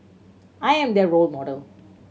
I am their role model